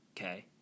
okay